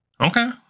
Okay